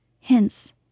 Hence